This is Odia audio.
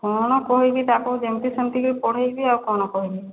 କ'ଣ କହିବି ତାକୁ ଯେମିତି ସେମିତିକି ପଢ଼େଇବି ଆଉ କ'ଣ କହିବି